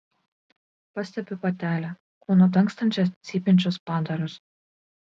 pastebiu patelę kūnu dangstančią cypiančius padarus